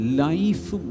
life